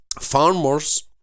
Farmers